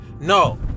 No